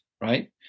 right